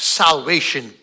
salvation